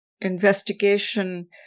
investigation